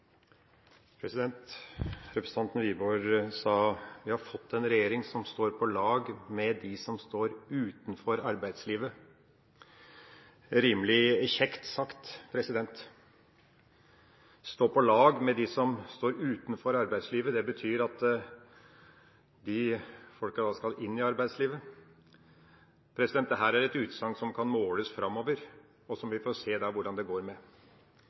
Representanten Wiborg sa at vi har fått en regjering som «står på lag med dem som står utenfor arbeidslivet». Det er rimelig kjekt sagt. Å stå på lag med dem som står utenfor arbeidslivet, betyr at de folkene skal inn i arbeidslivet. Dette er et utsagn som kan måles framover, som vi får se hvordan det går med.